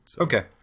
Okay